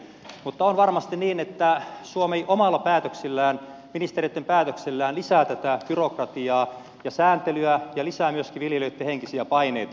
mutta on varmasti niin että suomi omilla päätöksillään ministereitten päätöksillä lisää tätä byrokratiaa ja sääntelyä ja lisää myöskin viljelijöitten henkisiä paineita